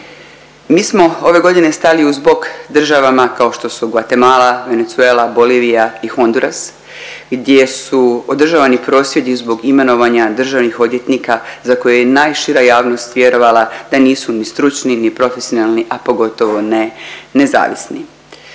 Mi smo ove godine stali uz bok državama kao što su Gvatemala, Venezuela, Bolivija i Honduras gdje su održavani prosvjedi zbog imenovanja državnih odvjetnika za koje je najšira javnost vjerovala da nisu ni stručni, ni profesionalni, a pogotovo ne nezavisni.